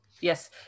Yes